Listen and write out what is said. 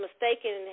mistaken